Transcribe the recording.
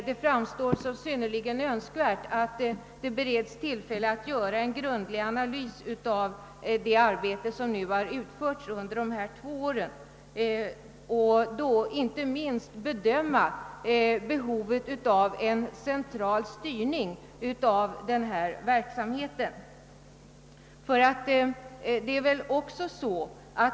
Det framstår som synnerligen önskvärt att det beredes tillfälle att göra en grundlig analys av det arbete som utförts under de gångna två åren, inte minst i form av en bedömning av behovet av en central styrning av verksamheten.